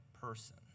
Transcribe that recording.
person